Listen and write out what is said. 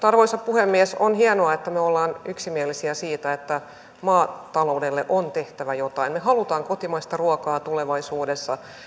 arvoisa puhemies on hienoa että me olemme yksimielisiä siitä että maataloudelle on tehtävä jotain me haluamme kotimaista ruokaa tulevaisuudessa